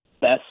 best